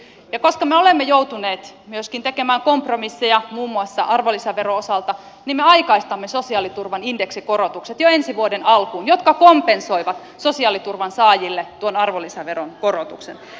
koska me olemme joutuneet myöskin tekemään kompromisseja muun muassa arvonlisäveron osalta niin me aikaistamme sosiaaliturvan indeksikorotukset jo ensi vuoden alkuun jotka kompensoivat sosiaaliturvan saajille tuon arvonlisäveron korotuksen